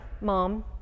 Mom